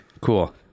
cool